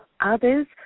others